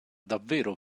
davvero